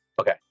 Okay